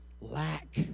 Lack